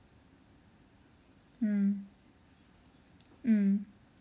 hmm mm